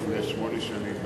לפני שמונה שנים,